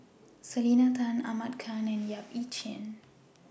Selena Tan Ahmad Khan and Yap Ee Chian